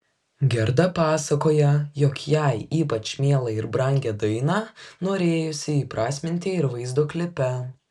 gerda pasakoja jog jai ypač mielą ir brangią dainą norėjusi įprasminti ir vaizdo klipe